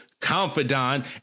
Confidant